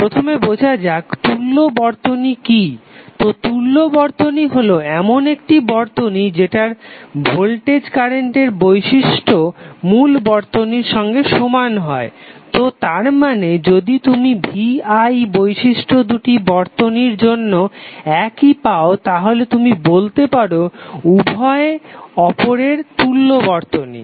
প্রথমে বোঝা যাক তুল্য বর্তনী কি তো তুল্য বর্তনী হলো এমন একটি বর্তনী যেটার ভোল্টেজ কারেন্ট বৈশিষ্ট্য মূল বর্তনীর সঙ্গে সমান হয় তো তার মানে যদি তুমি V I বৈশিষ্ট্য দুটি বর্তনীর জন্য একই পাও তাহলে তুমি বলতে পারো উভয়েই অপরের তুল্য বর্তনী